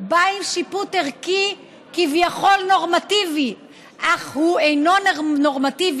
בא עם שיפוט ערכי כביכול נורמטיבי אך הוא אינו נורמטיבי.